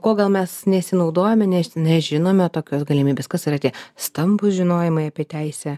ko gal mes nesinaudojame nes nežinome tokios galimybės kas yra tie stambūs žinojimai apie teisę